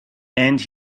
and